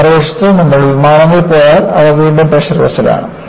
മറുവശത്ത് നമ്മൾ വിമാനങ്ങളിൽ പോയാൽ അവ വീണ്ടും പ്രഷർ വെസൽ ആണ്